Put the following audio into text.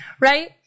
right